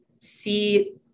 see